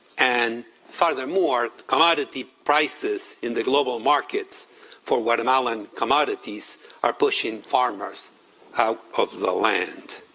and furthermore, commodity prices in the global markets for guatemalan commodities are pushing far north out of the land.